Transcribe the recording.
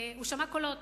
הוא שמע קולות,